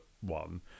one